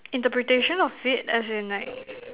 interpretation of it as in like